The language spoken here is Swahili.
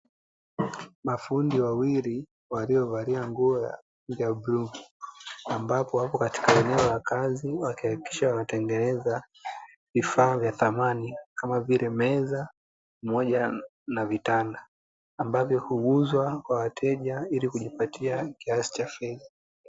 Mafundi wawili waliovalia nguo za bluu, ambapo wapo katika eneo la kazi wakihakikisha wanatengeneza vifaa vya samani kama vile: meza pamoja na vitanda. Ambavyo huuzwa kwa wateja ili kujipatia kiasi cha fedha.